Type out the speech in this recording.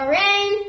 rain